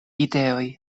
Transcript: ideoj